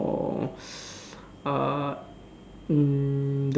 uh mm